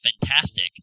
fantastic